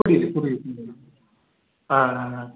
புரியுது புரியுது புரியுது ஆ ஆ ஆ